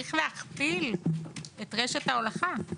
צריך להכפיל את רשת ההולכה.